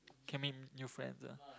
can make new friends ah